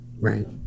Right